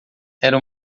era